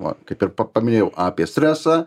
vat kaip ir paminėjau apie stresą